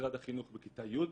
ממשרד החינוך בכיתה י',